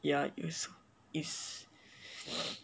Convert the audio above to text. ya is is